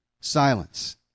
silence